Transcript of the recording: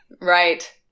Right